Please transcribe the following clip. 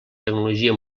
tecnologia